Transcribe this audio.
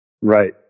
Right